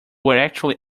actually